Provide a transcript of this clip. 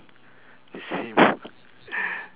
the same